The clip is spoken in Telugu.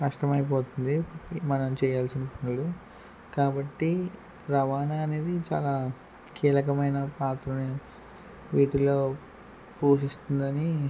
కష్టమైపోతుంది మనం చేయాల్సిన పనులు కాబట్టి రవాణా అనేది చాలా కీలకమైన పాత్రని వీటిలో పూజిస్తుందని